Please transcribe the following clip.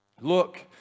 Look